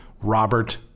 Robert